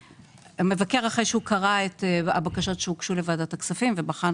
המבקר אחרי שהוא קרא את הבקשות שהוגשו לוועדת הכספים ובחן